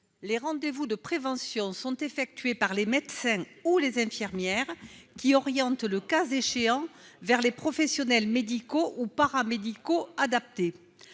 les rendez-vous de prévention sont effectués par les médecins ou les infirmières qui oriente le cas échéant, vers les professionnels médicaux ou paramédicaux adapté,